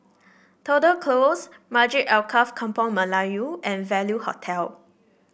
Tudor Close Masjid Alkaff Kampung Melayu and Value Hotel